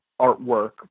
artwork